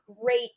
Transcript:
great